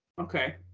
okay